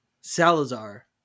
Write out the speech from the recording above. Salazar